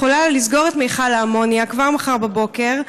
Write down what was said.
יכולה לסגור את מכל האמוניה כבר מחר בבוקר,